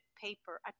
paper